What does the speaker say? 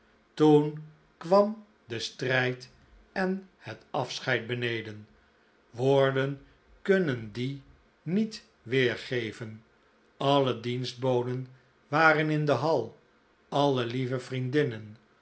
toen kwam de strijd en het afscheid beneden woorden kunnen die niet weergeven alle dienstboden waren in de hal alle lieve vriendinnen